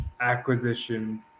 acquisitions